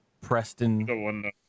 Preston